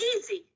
easy